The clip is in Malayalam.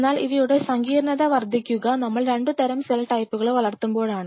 എന്നാൽ ഇവയുടെ സങ്കീർണത വർദ്ധിക്കുക നമ്മൾ രണ്ടുതരം സെൽ ടൈപ്പുകളെ വളർത്തുമ്പോളാണ്